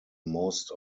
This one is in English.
most